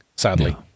Sadly